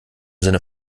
sinne